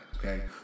Okay